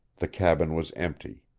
the cabin was empty.